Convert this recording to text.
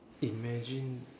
imagine